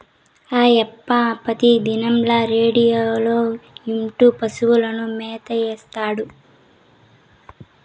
అయ్యప్ప పెతిదినంల రేడియోలో ఇంటూ పశువులకు మేత ఏత్తాడు